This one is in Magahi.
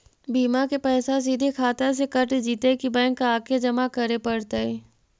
बिमा के पैसा सिधे खाता से कट जितै कि बैंक आके जमा करे पड़तै?